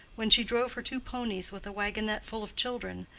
when she drove her two ponies with a waggonet full of children,